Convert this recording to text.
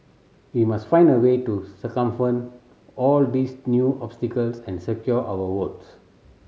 we must find a way to circumvent all these new obstacles and secure our votes